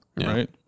right